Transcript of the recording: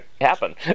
happen